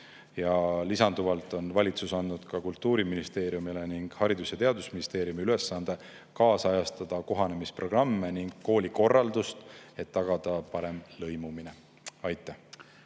Lisaks on valitsus andnud Kultuuriministeeriumile ning Haridus‑ ja Teadusministeeriumile ülesande kaasajastada kohanemisprogramme ning koolikorraldust, et tagada parem lõimumine. Aitäh!